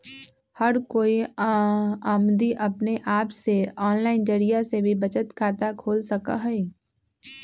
हर कोई अमदी अपने आप से आनलाइन जरिये से भी बचत खाता खोल सका हई